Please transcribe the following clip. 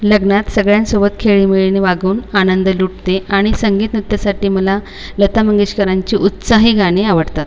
लग्नात सगळ्यांसोबत खेळीमेळीने वागवून आनंद लुटते आणि संगीत नृत्यासाठी मला लता मंगेशकरांची उत्साही गाणी आवडतात